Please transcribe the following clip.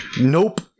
Nope